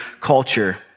culture